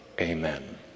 Amen